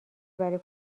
برای